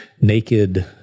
naked